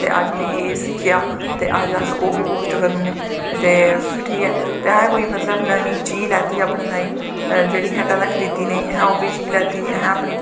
ते अज्ज में एह् सिक्खेआ ते अज ओह् बी पोस्ट करी ओड़ने ते ठीक ऐ अही अस कोई मतलव नमीं चीज़ लैत्ती अपनें तांई जेह्ड़ी असैं कदैं खरीदी नेंई ओह्बी चीज़ लैत्ती असैं अपनी